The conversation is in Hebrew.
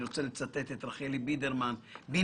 אני רוצה לצטט את רחלי בינדמן מ"כלכליסט".